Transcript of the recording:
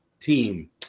team